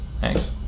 thanks